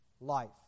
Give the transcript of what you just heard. life